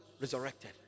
Resurrected